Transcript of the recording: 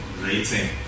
rating